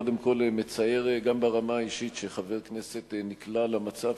קודם כול מצער גם ברמה האישית שחבר כנסת נקלע למצב